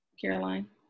Caroline